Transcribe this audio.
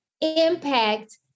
impact